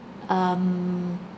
um